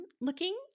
looking